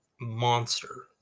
monster